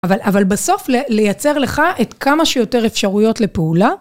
אבל בסוף לייצר לך את כמה שיותר אפשרויות לפעולה.